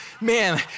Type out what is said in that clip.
Man